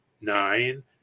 nine